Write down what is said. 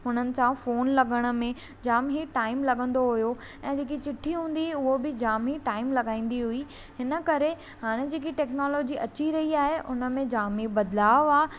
उन्हनि सां फोन लॻण में जामु ई टाइम लॻंदो हुयो ऐं जेकी चिठी हूंदी उहा बि जामु ई टाइम लॻाईंदी हुई हिन करे हाणे जेकी टैक्नोलोजी अची रही आहे उन में जामु ई बदिलाव आहे